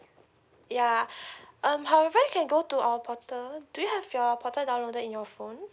yeah um however you can go to our portal do you have your portal downloaded in your phone